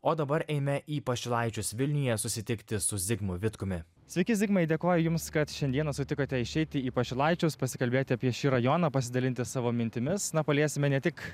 o dabar eime į pašilaičius vilniuje susitikti su zigmu vitkumi sveiki zigmai dėkoju jums kad šiandieną sutikote išeiti į pašilaičius pasikalbėti apie šį rajoną pasidalinti savo mintimis na paliesime ne tik